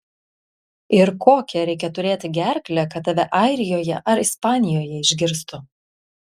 ir kokią reikia turėti gerklę kad tave airijoje ar ispanijoje išgirstų